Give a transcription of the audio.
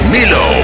Milo